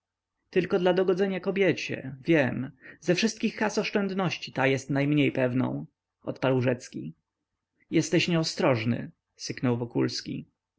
tylko dla dogodzenia kobiecie wiem ze wszystkich kas oszczędności ta jest najmniej pewną odparł rzecki jesteś nieostrożny syknął wokulski